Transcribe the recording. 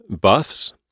buffs